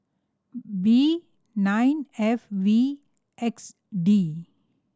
B nine F V X D